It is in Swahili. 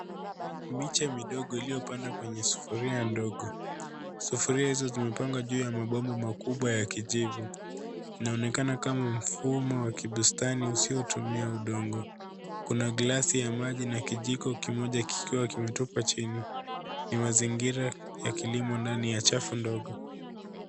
Miche midogo iliyopandwa kwenye sufuria ndogo. Sufuria hizo zimepangwa juu ya mabomu makubwa ya kijivu. Inaonekana kama mfumo wa kibustani usiotumia udongo. Kuna glasi ya maji na kijiko kimoja kikiwa kimetupwa chini. Ni mazingira ya kilimo ndani ya chafu ndogo.